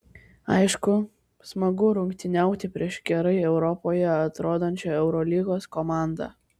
aišku smagu rungtyniauti prieš gerai europoje atrodančią eurolygos komandą